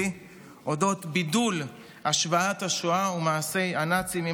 אודות בידול השוואת השואה ומעשי הנאצים,